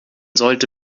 sollte